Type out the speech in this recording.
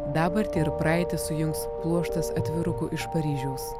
dabartį ir praeitį sujungs pluoštas atvirukų iš paryžiaus